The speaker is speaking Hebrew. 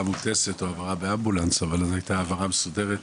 מוטסת או העברה באמבולנס אבל זו הייתה העברה מסודרת.